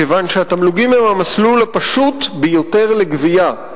כיוון שהתמלוגים הם המסלול הפשוט ביותר לגבייה.